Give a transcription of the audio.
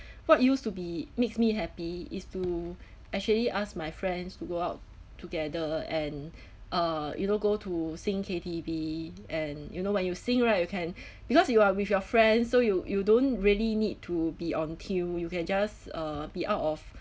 what used to be makes me happy is to actually ask my friends to go out together and uh you know go to sing K_T_V and you know when you sing right you can because you are with your friend so you you don't really need to be on tune you can just err be out of